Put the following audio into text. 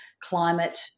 climate